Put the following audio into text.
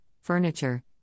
furniture